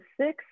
six